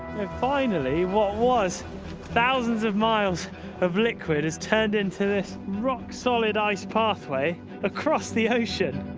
finally what was thousands of miles of liquid has turned into this rock-solid ice pathway across the ocean.